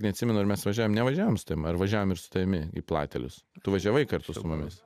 neatsimenu ar mes važiavom nevažiavom su tavim ar važiavom ir su tavimi į platelius tu važiavai kartu su mumis